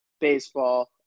baseball